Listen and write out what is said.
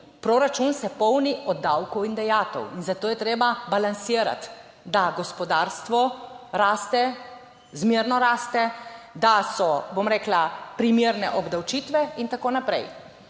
proračun se polni od davkov in dajatev in zato je treba balansirati, da gospodarstvo raste, zmerno raste, da so, bom rekla, primerne obdavčitve in tako naprej.